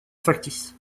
factices